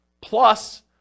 plus